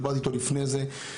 דיברתי איתו לפני זה,